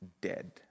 dead